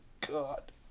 God